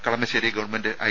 Kalamassery government I